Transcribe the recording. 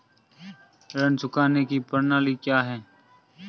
ऋण चुकाने की प्रणाली क्या है?